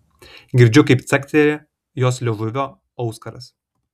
girdžiu kaip cakteli jos liežuvio auskaras